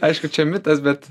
aišku čia mitas bet